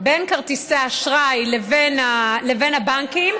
בין כרטיסי האשראי לבין הבנקים,